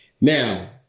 Now